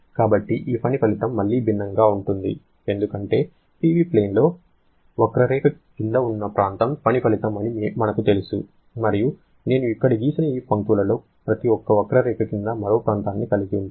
కాబట్టి మీ పని ఫలితం మళ్లీ భిన్నంగా ఉంటుంది ఎందుకంటే PV ప్లేన్ లో వక్రరేఖ కింద ఉన్న ప్రాంతం పని ఫలితం అని మనకు తెలుసు మరియు నేను ఇక్కడ గీసిన ఈ పంక్తులలో ప్రతి ఒక్క వక్రరేఖ క్రింద మరో ప్రాంతాన్ని కలిగి ఉంటుంది